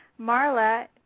Marla